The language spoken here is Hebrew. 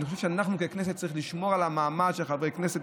אני חושב שאנחנו ככנסת צריכים לשמור על המעמד של חברי כנסת.